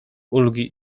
ulgi